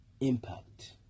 impact